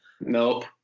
Nope